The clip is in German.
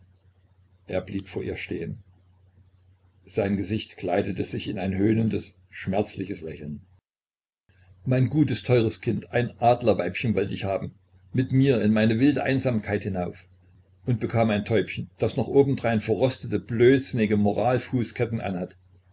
er blieb vor ihr stehen sein gesicht kleidete sich in ein höhnendes schmerzliches lächeln mein gutes teures kind ein adlerweibchen wollt ich haben mit mir in meine wilde einsamkeit hinauf und bekam ein täubchen das noch obendrein verrostete blödsinnige moral fußketten an hat